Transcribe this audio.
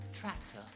tractor